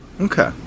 okay